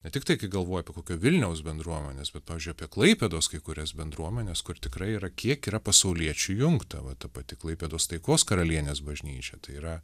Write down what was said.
ne tiktai kai galvoji apie kokio vilniaus bendruomenes bet pavyzdžiui apie klaipėdos kai kurias bendruomenes kur tikrai yra kiek yra pasauliečių įjungta va ta pati klaipėdos taikos karalienės bažnyčia tai yra